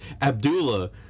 Abdullah